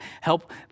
help